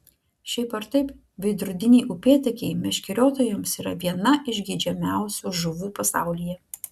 šiaip ar taip veidrodiniai upėtakiai meškeriotojams yra viena iš geidžiamiausių žuvų pasaulyje